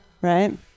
Right